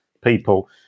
people